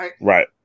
Right